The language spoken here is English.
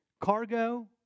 cargo